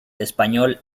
español